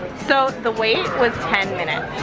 so the wait was ten minutes.